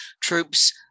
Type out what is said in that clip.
troops